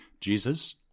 Jesus